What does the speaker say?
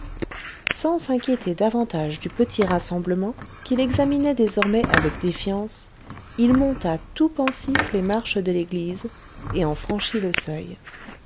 sans s'inquiéter davantage du petit rassemblement qui l'examinait désormais avec défiance il monta tout pensif les marches de l'église et en franchit le seuil